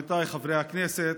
עמיתיי חברי הכנסת,